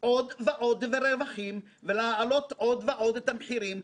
עוד ועוד רווחים ולהעלות עוד ועוד את המחירים,